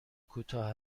کوتاه